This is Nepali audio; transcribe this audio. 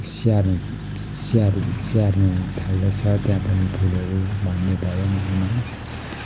स्याहार स्याहार स्याहार्नु थाल्दैछ त्यहाँ पनि फुलहरू भन्ने भयो मनमा